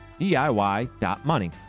diy.money